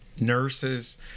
nurses